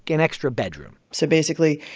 an extra bedroom so basically,